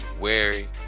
Wary